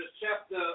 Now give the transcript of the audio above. chapter